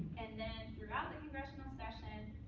and then throughout the congressional session,